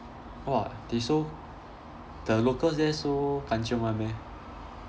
!wah! they so the locals there so kanchiong [one] meh